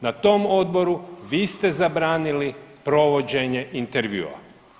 Na tom Odboru vi ste zabranili provođenje intervjua.